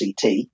CT